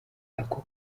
ako